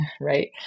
Right